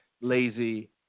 lazy